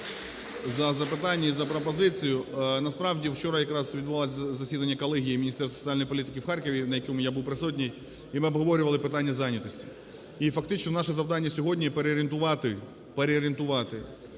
за запитання і за пропозицію. Насправді, вчора якраз відбувалося засідання колегії Міністерства соціальної політики в Харкові, на якому я був присутній, і ми обговорювали питання зайнятості. І є фактично наше завдання сьогодні – переорієнтувати